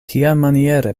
kiamaniere